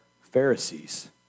Pharisees